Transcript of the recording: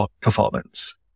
performance